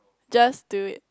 just do it